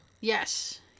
Yes